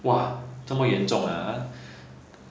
!wah! 这么严重啊 ha